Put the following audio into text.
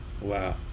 Wow